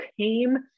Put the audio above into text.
came